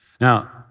Now